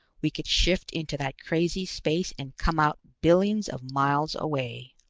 we could shift into that crazy space and come out billions of miles away.